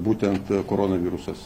būtent koronavirusas